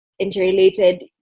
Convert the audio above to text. interrelated